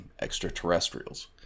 extraterrestrials